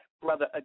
Brother